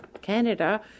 Canada